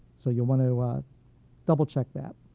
so you'll want to double check that.